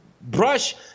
brush